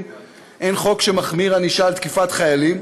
אין חוק שמחמיר ענישה על תקיפת חיילים,